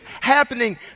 happening